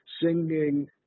singing